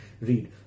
read